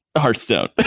hearthstone. but